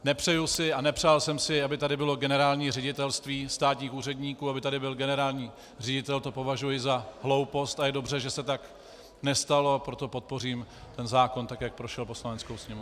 Nepřeju si a nepřál jsem si, aby tady bylo generální ředitelství státních úředníků, aby tady byl generální ředitel, to považuji za hloupost a je dobře, že se tak nestalo, a proto podpořím zákon, jak prošel Poslaneckou sněmovnou.